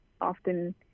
often